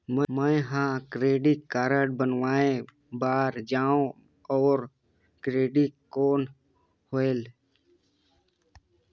मैं ह कहाँ क्रेडिट कारड बनवाय बार जाओ? और क्रेडिट कौन होएल??